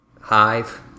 hive